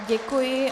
Děkuji.